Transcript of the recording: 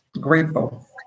grateful